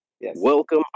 Welcome